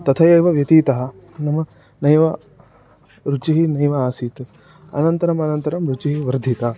तथैव व्यतीतः नाम नैव रुचिः नैव आसीत् अनन्तरम् अनन्तरं रुचिः वर्धिता